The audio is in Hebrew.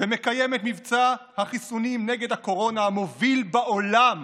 ומקיים את מבצע החיסונים נגד הקורונה המוביל בעולם